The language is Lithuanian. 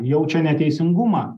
jaučia neteisingumą